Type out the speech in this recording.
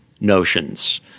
notions